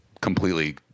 completely